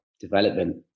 development